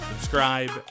Subscribe